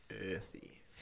Earthy